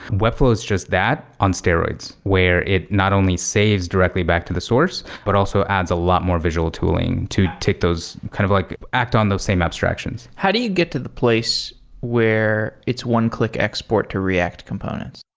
webflow is just that on steroids, where it not only saves directly back to the source, but also adds a lot more visual tooling to take those, kind of like act on those same abstractions. how do you get to the place where it's one click export to react components?